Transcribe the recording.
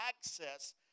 access